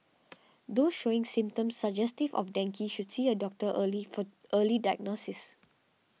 those showing symptoms suggestive of dengue should see a doctor early for early diagnosis